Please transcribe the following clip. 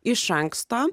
iš anksto